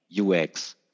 UX